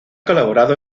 colaborado